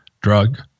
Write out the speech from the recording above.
drug